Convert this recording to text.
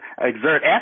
exert